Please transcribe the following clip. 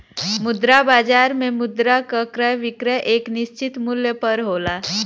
मुद्रा बाजार में मुद्रा क क्रय विक्रय एक निश्चित मूल्य पर होला